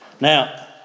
Now